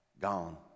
gone